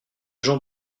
gens